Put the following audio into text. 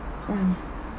mm